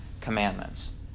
commandments